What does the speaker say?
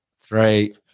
three